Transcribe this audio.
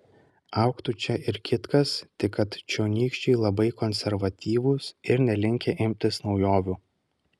augtų čia ir kitkas tik kad čionykščiai labai konservatyvūs ir nelinkę imtis naujovių